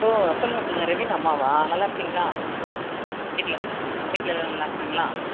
ஓ சொல்லுங்கள் சொல்லுங்கள் ரெவின் அம்மாவா நல்லாயிருக்கிங்களா வீட்டில் வீட்டில் எல்லோரும் நல்லாயிருக்காங்களா